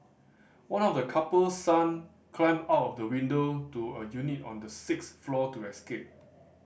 one of the couple's son climbed out the window to a unit on the sixth floor to escape